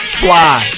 fly